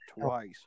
twice